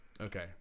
Okay